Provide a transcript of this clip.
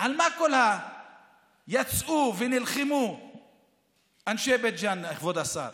על מה כולם יצאו ונלחמו אנשי בית ג'ן, כבוד השר?